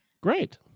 great